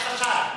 יש חשד,